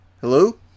Hello